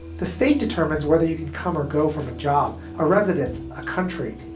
the state determines whether you can come or go from a job, a residence, a country.